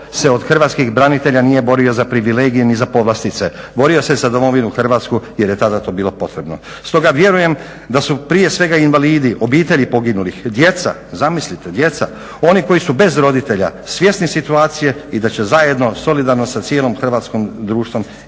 se od hrvatskih branitelja nije borio ni za privilegije ni za povlastice, borio se za domovinu Hrvatsku jer je tada to bilo potrebno. Stoga vjerujem da su prije svega invalidi, obitelji poginulih, djeca, zamislite djeca, oni koji su bez roditelja svjesni situacije i da će zajedno solidarno sa cijelim hrvatskim društvom